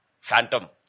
Phantom